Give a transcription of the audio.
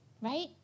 right